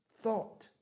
thought